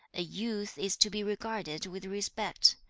a youth is to be regarded with respect.